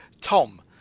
Tom